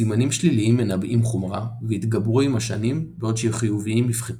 סימנים שליליים מנבאים חומרה ויתגברו עם השנים בעוד שחיוביים יפחתו.